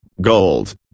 gold